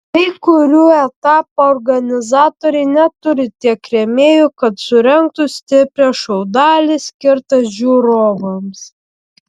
kai kurių etapų organizatoriai neturi tiek rėmėjų kad surengtų stiprią šou dalį skirtą žiūrovams